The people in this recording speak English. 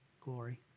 glory